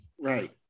Right